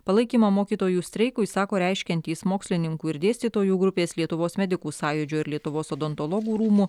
palaikymą mokytojų streikui sako reiškiantys mokslininkų ir dėstytojų grupės lietuvos medikų sąjūdžio ir lietuvos odontologų rūmų